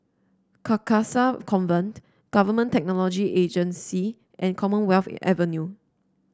Carcasa Convent Government Technology Agency and Commonwealth Avenue